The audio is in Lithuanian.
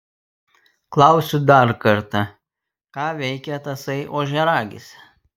klausiu dar kartą ką veikia tasai ožiaragis